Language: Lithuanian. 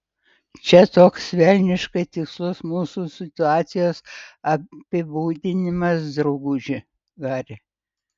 čia toks velniškai tikslus mūsų situacijos apibūdinimas drauguži hari